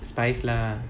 spize lah